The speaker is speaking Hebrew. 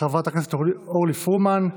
חברת הכנסת אורלי פרומן,